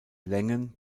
längen